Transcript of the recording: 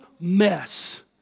mess